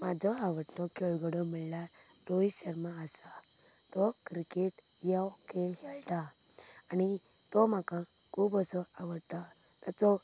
म्हाजो आवडटो खेळगडो म्हणल्यार रोहित शर्मा आसा तो क्रिकेट ह्यो खेळ खेळटा आनी तो म्हाका खूब असो आवडटा ताचो